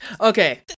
Okay